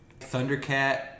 Thundercat